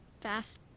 fast